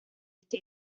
este